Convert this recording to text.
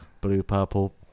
blue-purple